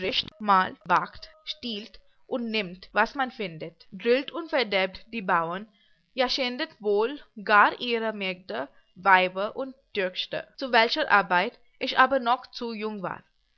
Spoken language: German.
stiehlt und nimmt was man findet drillt und verderbt die bauern ja schändet wohl gar ihre mägde weiber und töchter zu welcher arbeit ich aber noch zu jung war